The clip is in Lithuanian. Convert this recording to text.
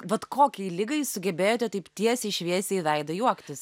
vat kokiai ligai sugebėjote taip tiesiai šviesiai į veidą juoktis